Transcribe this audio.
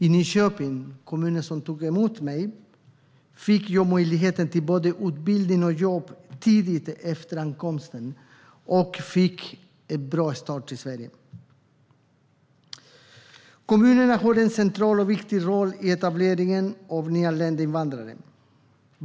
I Nyköping, kommunen som tog emot mig, fick jag möjlighet till både utbildning och jobb tidigt efter ankomsten och fick en bra start i Sverige. Kommunerna har en central och viktig roll i etableringen av nyanlända invandrare.